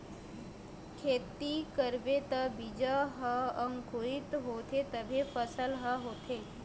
खेती करबे त बीजा ह अंकुरित होथे तभे फसल ह होथे